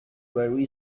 very